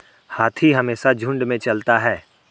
हाथी हमेशा झुंड में चलता है